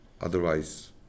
otherwise